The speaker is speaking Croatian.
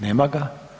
Nema ga.